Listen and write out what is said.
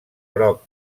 groc